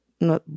no